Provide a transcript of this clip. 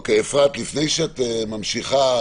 אפרת, לפני שאת ממשיכה,